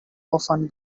often